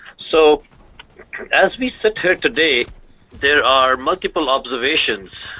so as we sit here today there are multiple observations,